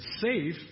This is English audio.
Safe